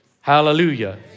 Hallelujah